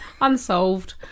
unsolved